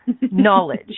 knowledge